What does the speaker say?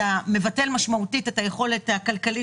אתה מבטל משמעותית את היכולת הכלכלית